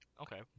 Okay